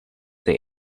the